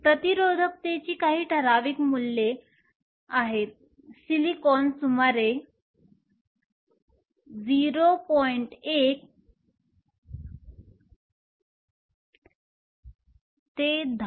प्रतिरोधकतेची काही ठराविक मूल्ये सिलिकॉन सुमारे 0